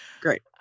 Great